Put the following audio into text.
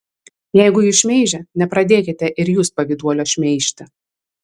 jeigu jus šmeižia nepradėkite ir jūs pavyduolio šmeižti